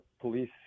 police